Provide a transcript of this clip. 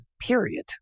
period